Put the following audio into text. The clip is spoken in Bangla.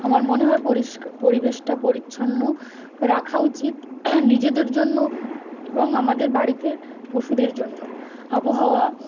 আমার মনে হয় পরিষ্কার পরিবেশটা পরিচ্ছন্ন রাখা উচিত নিজেদের জন্য এবং আমাদের বাড়িতে পশুদের জন্য আবহাওয়া